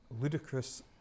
ludicrous